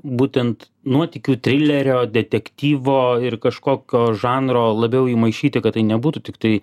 būtent nuotykių trilerio detektyvo ir kažkokio žanro labiau įmaišyti kad tai nebūtų tiktai